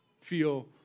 feel